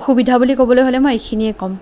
অসুবিধা বুলি ক'বলৈ হ'লে মই এইখিনিয়ে ক'ম